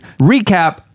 recap